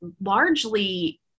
largely